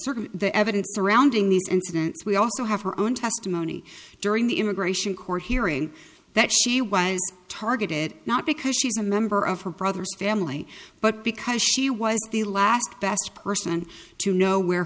evidence the evidence surrounding these incidents we also have her own testimony during the immigration court hearing that she was targeted not because she's a member of her brother's family but because she was the last best person to know where